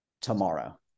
tomorrow